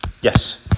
Yes